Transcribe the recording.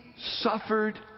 suffered